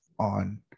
on